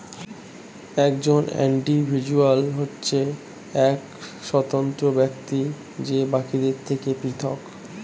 একজন ইন্ডিভিজুয়াল হচ্ছে এক স্বতন্ত্র ব্যক্তি যে বাকিদের থেকে পৃথক